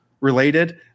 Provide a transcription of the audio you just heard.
related